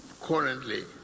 currently